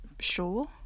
Sure